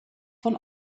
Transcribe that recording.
von